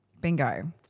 bingo